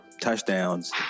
touchdowns